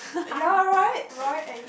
ya right right and